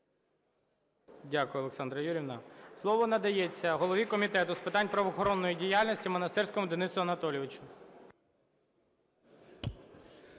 Дякую. Слово для доповіді надається голові Комітету з питань правоохоронної діяльності Монастирському Денису Анатолійовичу.